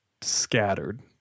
scattered